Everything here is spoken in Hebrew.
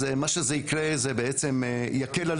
אז מה שיקרה זה בעצם יקל על